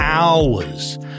Hours